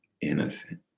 innocent